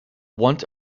want